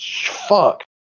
Fuck